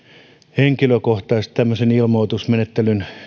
henkilökohtaisesti tämmöisen ilmoitusmenettelyn